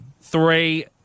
Three